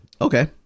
Okay